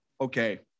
Okay